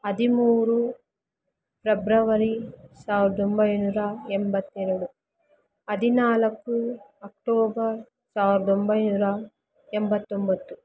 ಹದಿಮೂರು ಪ್ರೆಬ್ರವರಿ ಸಾವಿರ್ದ ಒಂಬೈನೂರ ಎಂಬತ್ತೆರಡು ಹದಿನಾಲ್ಕು ಅಕ್ಟೋಬರ್ ಸಾವಿರ್ದ ಒಂಬೈನೂರ ಎಂಬತ್ತೊಂಬತ್ತು